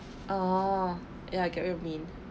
oh ya I get what you mean